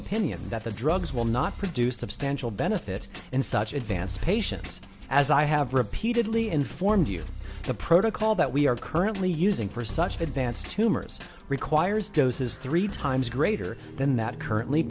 opinion that the drugs will not produce substantial benefit in such advanced patients as i have repeatedly informed you the protocol that we are currently using for such advanced tumors requires doses three times greater than that currently